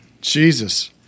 Jesus